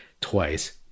twice